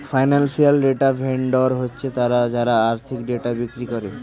financial data vendor হচ্ছে তারা যারা আর্থিক ডেটা বিক্রি করে